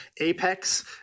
Apex